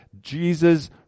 Jesus